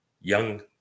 young